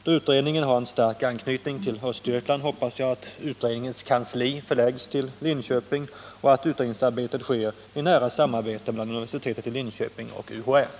Då utredningen har en stark anknytning till Östergötland hoppas jag att utredningens kansli förläggs till Linköping och att utredningsarbetet sker i nära samarbete med universitetet i Linköping och UHA.